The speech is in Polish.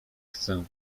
chcę